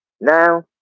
Now